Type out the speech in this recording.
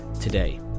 today